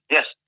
Yes